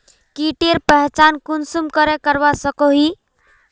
कीटेर पहचान कुंसम करे करवा सको ही?